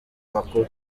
makuru